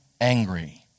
angry